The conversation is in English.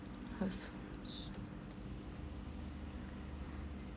!huh!